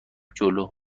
جلو